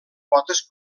potes